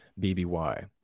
BBY